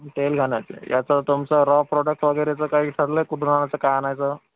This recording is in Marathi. तेलघाण्याचं याचं तुमचं रॉ प्रॉडक्ट वगैरेचं काही ठरलं आहे कुठून आणायचं काय आणायचं